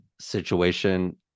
situation